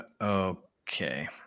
okay